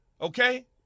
okay